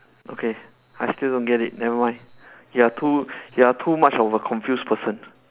okay I still don't get it never mind you are too you are too much of a confused person